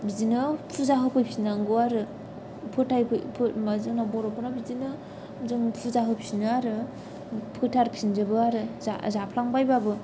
बिदिनो फुजा होफैफिननांगौ आरो फोथाय जोंना बर'फोरना बिदिनो जों फुजा होफिनो आरो फोथारफिनजोबो आरो जाफ्लांबायब्लाबो